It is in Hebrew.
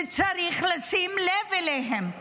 וצריך לשים לב אליהם,